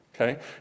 Okay